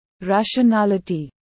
rationality